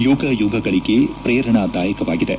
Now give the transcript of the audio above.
ಯುಗಯುಗಗಳಗೆ ಪ್ರೇರಣಾದಾಯಕವಾಗಿದೆ